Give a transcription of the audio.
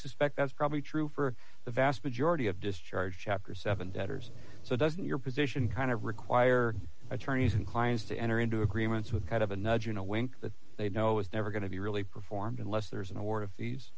suspect that's probably true for the vast majority of discharge chapter seven debtors so doesn't your position kind of require attorneys and clients to enter into agreements with kind of a nudge in a wink that they know is never going to be really performed unless there is an award of